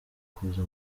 kuza